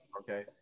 Okay